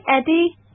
Eddie